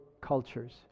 cultures